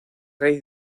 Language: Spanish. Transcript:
rey